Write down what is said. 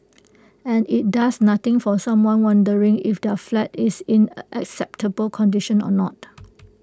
and IT does nothing for someone wondering if their flat is in acceptable condition or not